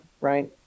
right